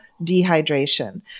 dehydration